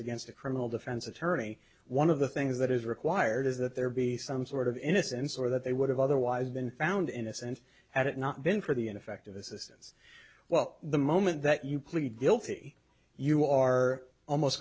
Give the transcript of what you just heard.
against a criminal defense attorney one of the things that is required is that there be some sort of innocence or that they would have otherwise been found innocent had it not been for the ineffective assistance well the moment that you plead guilty you are almost